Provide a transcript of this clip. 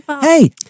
hey